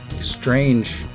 strange